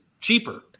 cheaper